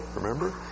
remember